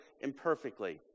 imperfectly